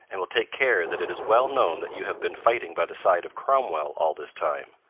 and will take care that it is well known that you have been fighting by the side of cromwell all this time.